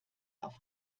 auf